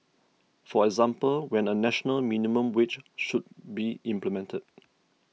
for example whether a national minimum wage should be implemented